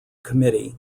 committee